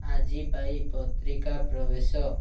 ଆଜି ପାଇଁ ପତ୍ରିକା ପ୍ରବେଶ